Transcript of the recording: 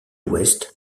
ouest